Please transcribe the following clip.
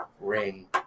ring